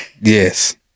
Yes